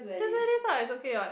just wear this ah it's okay what